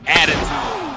attitude